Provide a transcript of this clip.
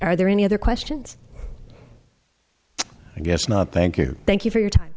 are there any other questions i guess not thank you thank you for your time